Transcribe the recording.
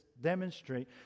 demonstrate